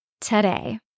today